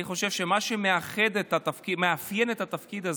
אני חושב שמה שמאפיין את התפקיד הזה,